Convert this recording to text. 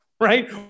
right